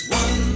one